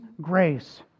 grace